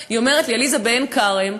בעין-כרם.